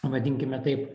vadinkime taip